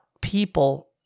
people